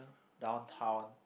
downtown